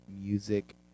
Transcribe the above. music